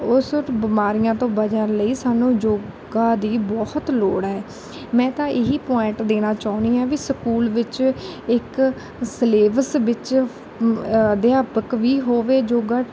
ਉਸ ਬਿਮਾਰੀਆਂ ਤੋਂ ਬਚਣ ਲਈ ਸਾਨੂੰ ਯੋਗਾ ਦੀ ਬਹੁਤ ਲੋੜ ਹੈ ਮੈਂ ਤਾਂ ਇਹੀ ਪੁਆਇੰਟ ਦੇਣਾ ਚਾਹੁੰਦੀ ਹਾਂ ਵੀ ਸਕੂਲ ਵਿੱਚ ਇੱਕ ਸਿਲੇਬਸ ਵਿੱਚ ਅਧਿਆਪਕ ਵੀ ਹੋਵੇ ਯੋਗਾ